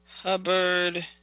Hubbard